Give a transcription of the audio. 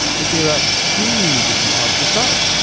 but there are two different types of bone.